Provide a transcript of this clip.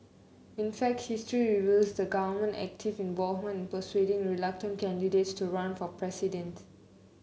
in fact history reveals the government active involvement persuading reluctant candidates to run for president